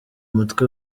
mutwe